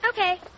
Okay